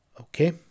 Okay